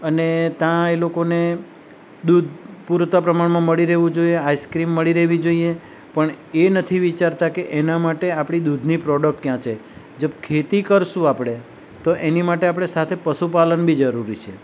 અને ત્યાં એ લોકોને દૂધ પૂરતા પ્રમાણમાં મળી રહેવું જોઈએ આઇસક્રિમ મળી રહેવી જોઈએ પણ એ નથી વિચારતા કે એના માટે આપણી દૂધની પ્રોડક્ટ ક્યાં છે જબ ખેતી કરશું આપણે તો એની સાથે આપણે સાથે પશુપાલન બી જરૂરી છે